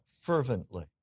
fervently